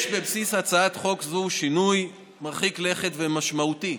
יש בבסיס הצעת חוק זו שינוי מרחיק לכת ומשמעותי,